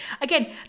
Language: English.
again